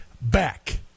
back